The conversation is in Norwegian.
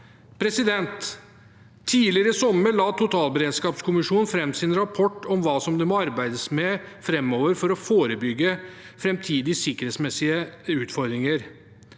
framtiden. Tidligere i sommer la totalberedskapskommisjonen fram sin rapport om hva det må arbeides med framover for å forebygge framtidige sikkerhetsmessige utfordringer.